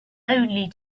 only